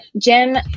Jim